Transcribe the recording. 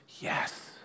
yes